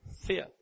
fear